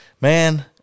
man